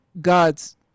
god's